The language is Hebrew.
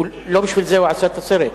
לא בשביל זה הוא עשה את הסרט.